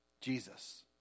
Jesus